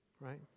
Right